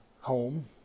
home